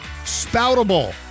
spoutable